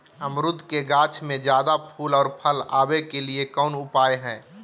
अमरूद के गाछ में ज्यादा फुल और फल आबे के लिए कौन उपाय है?